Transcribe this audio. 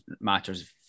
matters